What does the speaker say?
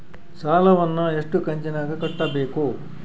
ಸಾಲವನ್ನ ಎಷ್ಟು ಕಂತಿನಾಗ ಕಟ್ಟಬೇಕು?